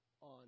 on